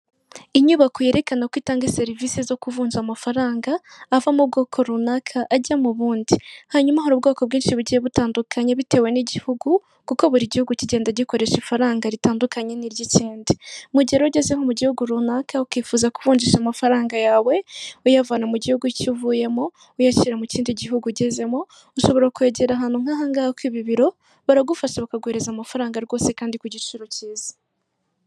Inyubako yerekana ko itanga serivisi zo kuvunja amafaranga ava mu bwoko runaka ajya mu bundi, hanyuma hari ubwoko bwinshi bugiye butandukanye bitewe n'igihugu, kuko buri gihugu kigenda gikoresha ifaranga ritandukanye n'iry'ikindi, mu gihe rero ageze mu gihugu runaka ukifuza kuvunjisha amafaranga yawe uyavana mu gihugu cy'uvuyemo uyashyira mu kindi gihugu ugezemo, ushobora kwegera ahantu nk'ahangaha kuri ibi biro baragufasha bakaguhereza amafaranga rwose kandi ku giciro cyiza.